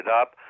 up